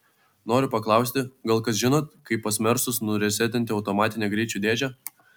noriu paklausti gal kas žinot kaip pas mersus nuresetinti automatinę greičių dėžę